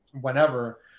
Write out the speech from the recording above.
whenever